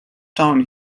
down